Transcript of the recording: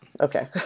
Okay